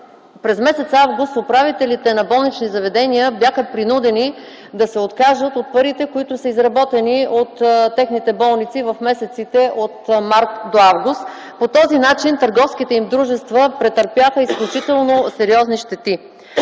през м. август управителите на болнични заведения бяха принудени да се откажат от парите, които са изработени от техните болници в месеците от март до август. По този начин търговските им дружества претърпяха изключително сериозни щети.